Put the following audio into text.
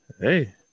Hey